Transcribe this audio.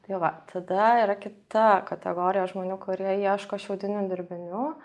tai va tada yra kita kategorija žmonių kurie ieško šiaudinių dirbinių